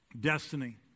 destiny